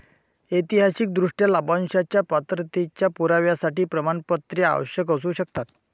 ऐतिहासिकदृष्ट्या, लाभांशाच्या पात्रतेच्या पुराव्यासाठी प्रमाणपत्रे आवश्यक असू शकतात